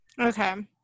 Okay